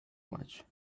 much